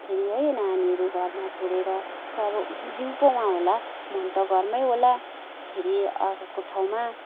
फेरि है नानीहरू घरमा छोडेर त अब जिउ पो वहाँ होला मन त घरमै होला फेरि अर्काको ठाउँमा